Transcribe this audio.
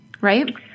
right